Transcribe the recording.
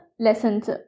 Lessons